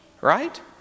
right